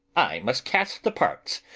i must cast the parts.